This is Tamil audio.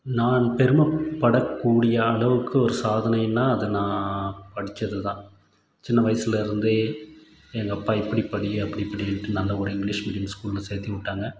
நான் பெருமைப்படக்கூடிய அளவுக்கு ஒரு சாதனைனால் அது நான் படித்தது தான் சின்ன வயசுலேருந்தே எங்கள் அப்பா இப்படி படி அப்படி படினுட்டு நல்ல ஒரு இங்கிலீஷ் மீடியம் ஸ்கூலில் சேத்திவிட்டாங்க